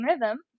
rhythm